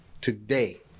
today